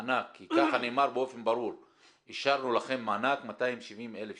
מענק כי ככה נאמר באופן ברור - אישרנו לכם מענק 270,000 שקל,